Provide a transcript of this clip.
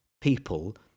people